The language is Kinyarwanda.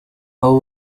abo